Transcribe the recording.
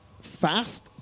fast